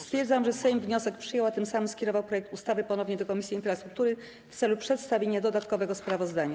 Stwierdzam, że Sejm wniosek przyjął, a tym samym skierował projekt ustawy ponownie do Komisji Infrastruktury w celu przedstawienia dodatkowego sprawozdania.